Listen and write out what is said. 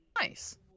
Nice